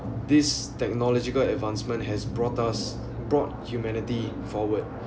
this technological advancement has brought us broad humanity forward